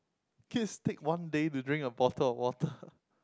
kids take one day to drink a bottle of water